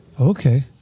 Okay